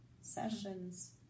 sessions